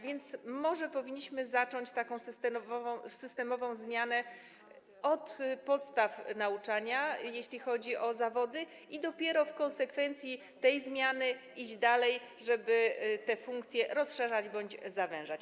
Więc może powinniśmy zacząć taką systemową zmianę od podstaw nauczania, jeśli chodzi o zawody, i dopiero w konsekwencji tej zmiany iść dalej, żeby te funkcje rozszerzać bądź zawężać.